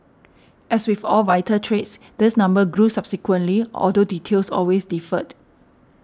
as with all vital trades this number grew subsequently although details always differed